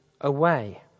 away